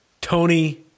Tony